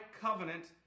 covenant